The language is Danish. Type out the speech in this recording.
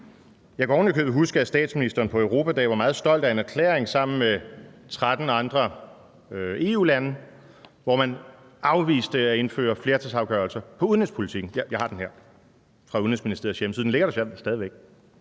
Jeg kan jo ovenikøbet huske, at statsministeren på Europadagen var meget stolt af en erklæring, man var gået sammen med 13 andre EU-lande om, hvor man afviste at indføre flertalsafgørelser på udenrigspolitikken. Jeg har den her. Den er taget fra Udenrigsministeriets hjemmeside – den ligger der stadig væk.